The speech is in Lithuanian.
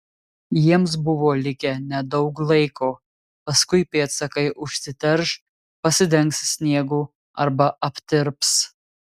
jiems buvo likę nedaug laiko paskui pėdsakai užsiterš pasidengs sniegu arba aptirps